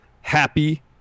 happy